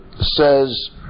says